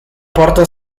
porta